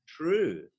true